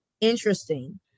interesting